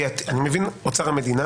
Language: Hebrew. אני מבין אוצר המדינה